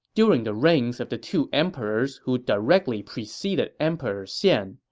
during the reigns of the two emperors who directly preceded emperor xian.